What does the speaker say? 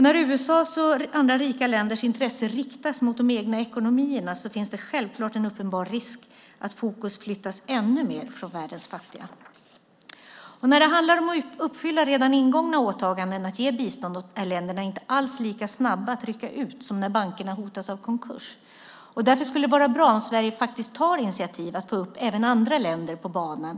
När USA:s och andra rika länders intressen riktas mot de egna ekonomierna finns det självklart en uppenbar risk att fokus flyttas ännu mer från världens fattiga. När det handlar om att uppfylla redan ingångna åtaganden att ge bistånd är länderna inte alls lika snabba att rycka ut som när bankerna hotas av konkurs. Därför skulle det vara bra om Sverige faktiskt tar initiativ att få upp även andra länder på banan.